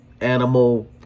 animal